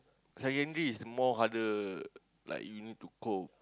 secondary is more harder like you need to cope